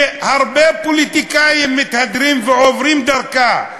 שהרבה פוליטיקאים מתהדרים ועוברים דרכה,